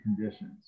conditions